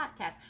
podcast